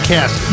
Cast